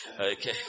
okay